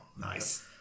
nice